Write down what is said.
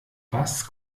was